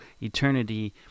eternity